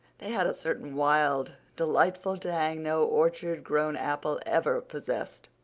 they had a certain wild, delightful tang no orchard-grown apple ever possessed.